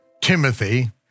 Timothy